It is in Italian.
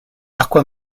acqua